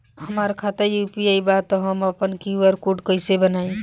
हमार खाता यू.पी.आई बा त हम आपन क्यू.आर कोड कैसे बनाई?